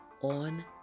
on